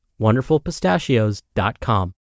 wonderfulpistachios.com